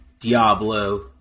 Diablo